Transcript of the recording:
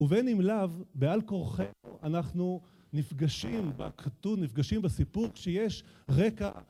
ובין אם לאו, בעל כורחנו, אנחנו נפגשים בכתוב, נפגשים בסיפור שיש רקע